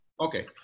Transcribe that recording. Okay